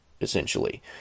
essentially